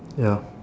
ya